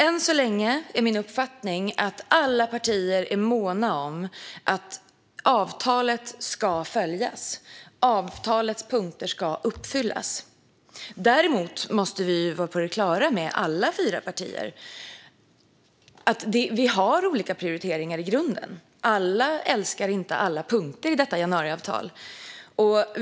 Än så länge är min uppfattning att alla partier är måna om att avtalet ska följas och att avtalets punkter ska uppfyllas. Däremot måste vi alla fyra partier vara på det klara med att vi i grunden har olika prioriteringar. Alla älskar inte alla punkter i detta januariavtal.